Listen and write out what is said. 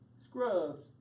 scrubs